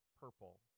purple